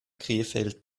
krefeld